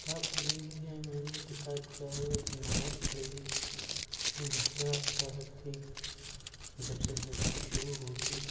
کتاب پڑھی ہے میں نے کتاب کیا وہ ایک ناول پڑھی تھی ابو یحیٰ صاحب کی جب زندگی شروع ہوگی